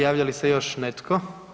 Javlja li se još netko?